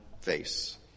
face